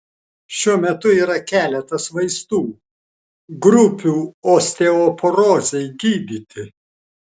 šiuo metu yra keletas vaistų grupių osteoporozei gydyti